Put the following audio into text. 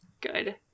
good